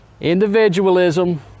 Individualism